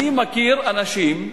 אני מכיר אנשים,